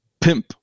Pimp